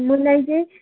मलाई चाहिँ